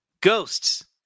ghosts